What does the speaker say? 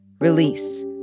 release